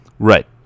Right